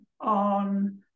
on